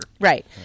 Right